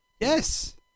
Yes